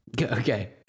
Okay